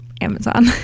amazon